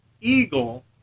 eagle